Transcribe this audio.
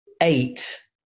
eight